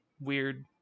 weird